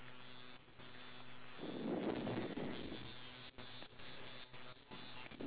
I think the um clothing were actually made from wool sheep